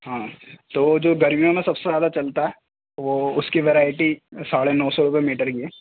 ہاں تو جو گرمیوں میں سب سے زیادہ چلتا ہے وہ اس کی ورائٹی ساڑھے نو سو روپیے میٹر ہی ہے